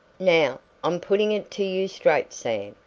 now, i'm putting it to you straight, sam,